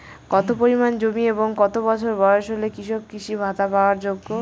কত পরিমাণ জমি এবং কত বছর বয়স হলে কৃষক কৃষি ভাতা পাওয়ার যোগ্য?